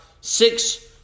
six